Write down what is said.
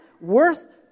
worth